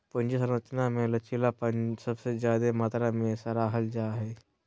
पूंजी संरचना मे लचीलापन सबसे ज्यादे मात्रा मे सराहल जा हाई